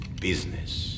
business